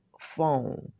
phone